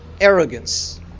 arrogance